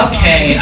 Okay